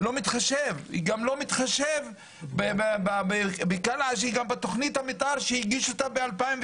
גם לא מתחשב בכלל בכנא שהיא גם בתכנית המתאר שהגישו אותה ב-2019.